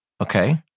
Okay